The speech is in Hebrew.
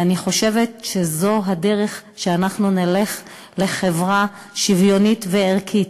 אני חושבת שזו הדרך שאנחנו נלך בה לחברה שוויונית וערכית,